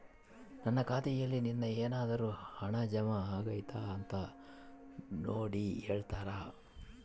ನನ್ನ ಖಾತೆಯಲ್ಲಿ ನಿನ್ನೆ ಏನಾದರೂ ಹಣ ಜಮಾ ಆಗೈತಾ ಅಂತ ನೋಡಿ ಹೇಳ್ತೇರಾ?